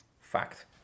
Fact